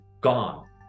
gone